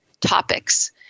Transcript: topics